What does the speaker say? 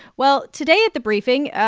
well, today at the briefing,